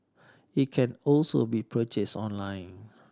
it can also be purchased online